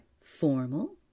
Formal